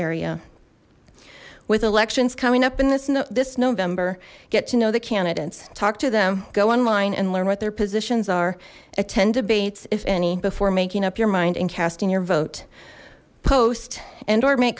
elections coming up in this note this november get to know the candidates talk to them go online and learn what their positions are attend abates if any before making up your mind and casting your vote post andor make